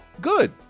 good